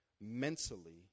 mentally